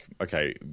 okay